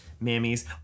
mammies